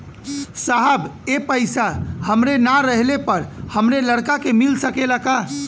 साहब ए पैसा हमरे ना रहले पर हमरे लड़का के मिल सकेला का?